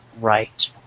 right